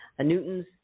Newton's